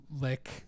lick